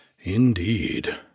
Indeed